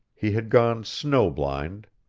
he had gone snow-blind.